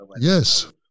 Yes